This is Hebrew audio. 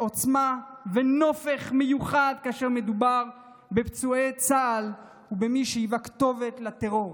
עוצמה ונופך מיוחד כאשר מדובר בפצועי צה"ל ובמי שהיווה כתובת לטרור.